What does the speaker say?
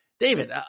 David